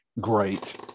great